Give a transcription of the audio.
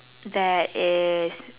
there is